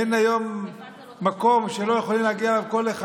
אין היום מקום שלא יכול להגיע אליו כל אחד.